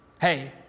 Hey